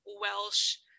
welsh